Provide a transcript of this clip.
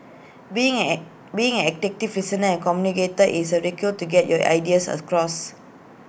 being an being an effective listener and communicator is A re cure to get your ideas across